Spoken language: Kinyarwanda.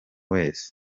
wese